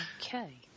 Okay